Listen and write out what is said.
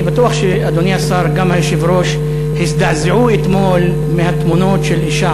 אני בטוח שאדוני השר וגם היושב-ראש הזדעזעו אתמול מהתמונות של אישה